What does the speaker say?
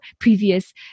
previous